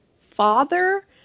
father